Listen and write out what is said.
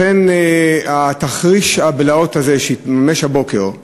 לכן, תרחיש הבלהות הזה שהתממש הבוקר,